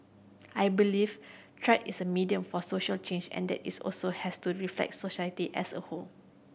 I believe is a medium for social change and that is also has to reflect society as a whole